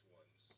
ones